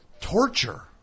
torture